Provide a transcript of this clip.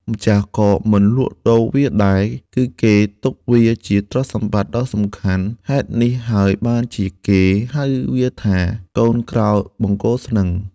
ម្ចាស់ក៏មិនលក់ដូរវាដែរ គឺគេទុកវាជាទ្រព្យសម្បត្តិដ៏សំខាន់ ហេតុនេះហើយបានជាគេហៅវាថា កូនក្រោលបង្គោលស្នឹង។